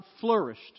flourished